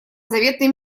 заветной